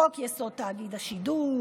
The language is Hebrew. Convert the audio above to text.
חוק-יסוד: תאגיד השידור,